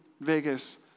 Vegas